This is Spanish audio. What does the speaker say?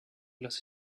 las